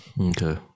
Okay